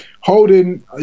holding